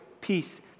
peace